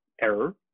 error